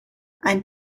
ein